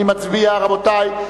אני מצביע, רבותי.